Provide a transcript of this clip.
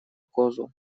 козу